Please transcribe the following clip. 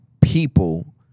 people